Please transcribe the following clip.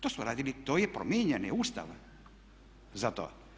To su radili, to je, promijenjen je Ustav za to.